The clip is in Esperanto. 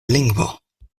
lingvo